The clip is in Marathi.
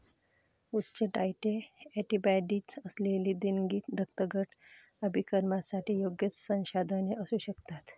उच्च टायट्रे अँटीबॉडीज असलेली देणगी रक्तगट अभिकर्मकांसाठी योग्य संसाधने असू शकतात